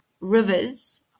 rivers